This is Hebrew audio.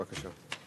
בבקשה.